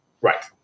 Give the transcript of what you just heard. Right